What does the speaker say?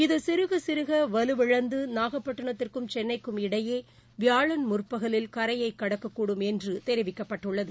இது சிறுக சிறுக வலுவிழந்து நாகப்பட்டினத்துக்கும் சென்னைக்கும் இடையே வியாழன் முற்பகலில் கரையை கடக்கக்கூடும் என்று தெரிவிக்கப்பட்டுள்ளது